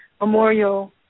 Memorial